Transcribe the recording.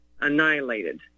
annihilated